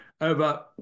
over